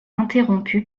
interrompue